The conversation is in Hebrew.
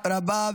תודה רבה.